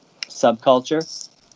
subculture